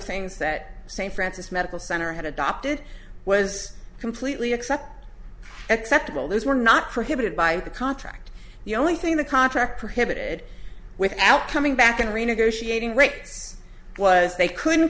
things that st francis medical center had adopted was completely except acceptable those were not prohibited by the contract the only thing the contract prohibited without coming back and renegotiating rates was they couldn't